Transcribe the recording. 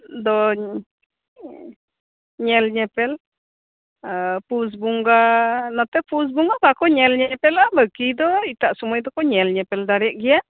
ᱫᱚᱧ ᱧᱮᱞ ᱧᱮᱯᱮᱞᱯᱩᱥ ᱵᱚᱸᱜᱟ ᱱᱚᱛᱮ ᱯᱩᱥ ᱵᱚᱸᱜᱟ ᱵᱟᱠᱚ ᱧᱮᱞ ᱧᱮᱯᱮᱞᱚᱜᱼᱟ ᱵᱟᱠᱤ ᱫᱚ ᱮᱴᱟᱜ ᱥᱩᱢᱟᱹᱭ ᱫᱚ ᱧᱮᱞ ᱧᱮᱯᱮᱞ ᱫᱟᱲᱮᱭᱟᱜ ᱜᱮᱭᱟ